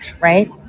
right